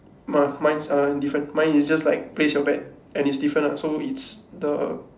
nah mine is err different mine is just like place your bet and it's different lah so it's the